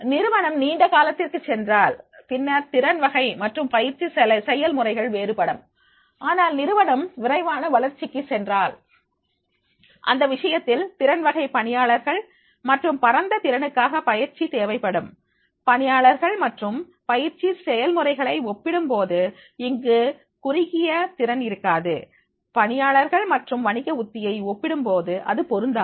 நிறுவனம் நீண்ட காலத்திற்கு சென்றால் பின்னர் திறன் வகை மற்றும் பயிற்சி செயல்முறைகள் வேறுபடும் ஆனால் நிறுவனம் விரைவான வளர்ச்சிக்கு சென்றால் இந்த விஷயத்தில் திறன் வகை பணியாளர்கள் மற்றும் பரந்த திறனுக்காக பயிற்சி தேவைப்படும் பணியாளர்கள் மற்றும் பயிற்சி செயல்முறைகளை ஒப்பிடும்போது இங்கு குறுகிய திறன் இருக்காது பணியாளர்கள் மற்றும் வணிக உத்தியை ஒப்பிடும் போது இது பொருந்தாது